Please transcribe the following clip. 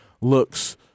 looks –